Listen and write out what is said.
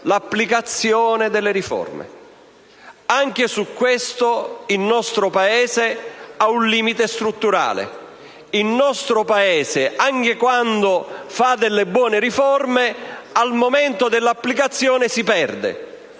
l'applicazione delle riforme. Anche in questo il nostro Paese ha un limite strutturale. Il nostro Paese, anche quando vara delle buone riforme, al momento della loro applicazione si perde.